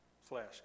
flesh